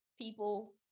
people